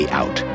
out